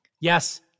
yes